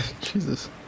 Jesus